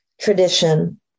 tradition